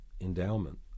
endowment